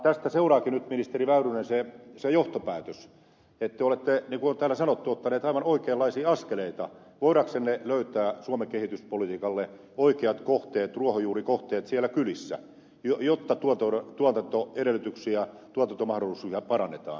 tästä seuraakin nyt ministeri väyrynen se johtopäätös että te olette niin kuin täällä on sanottu ottanut aivan oikeanlaisia askeleita voidaksenne löytää suomen kehityspolitiikalle oikeat kohteet ruohonjuurikohteet siellä kylissä jotta tuotantoedellytyksiä tuotantomahdollisuuksia parannetaan